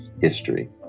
history